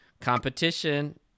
competition